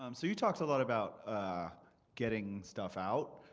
um so you talked a lot about ah getting stuff out.